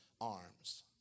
arms